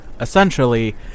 essentially